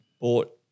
bought